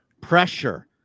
pressure